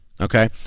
Okay